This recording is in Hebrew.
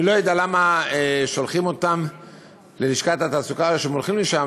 אני לא יודע למה שולחים אותן ללשכת התעסוקה והן הולכות לשם.